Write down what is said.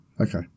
Okay